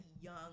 young